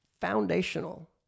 foundational